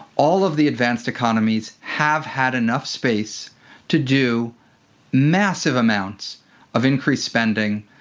all of the advanced economies have had enough space to do massive amounts of increased spending,